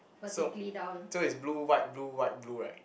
so so it's blue white blue white blue right